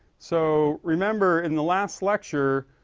so, remember in the last lecture.